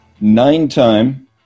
nine-time